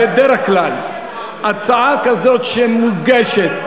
בדרך כלל הצעה כזאת שמוגשת,